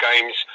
games